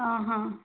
हां हां